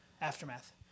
Aftermath